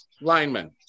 linemen